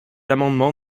amendement